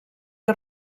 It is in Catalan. que